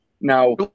now